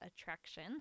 attraction